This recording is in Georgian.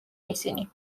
ისინი